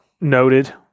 noted